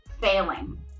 failing